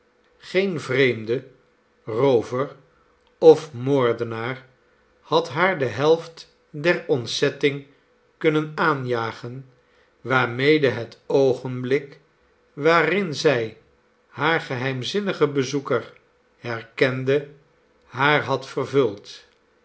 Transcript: geen vreemde roover of moordenaar had haar de helft der ontzetting kunnen aanjagen waarmede het oogenblik waarin zij haar geheimzinnigen bezoeker herkende haar had vervuld